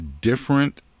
different